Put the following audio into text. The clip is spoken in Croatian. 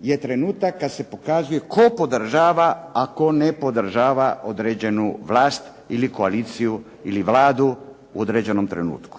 je trenutak kada se pokazuje tko podržava, a tko ne podržava određenu vlast ili koaliciju ili Vladu u određenom trenutku.